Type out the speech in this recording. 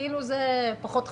כאילו זה פחות חשוב,